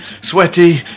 sweaty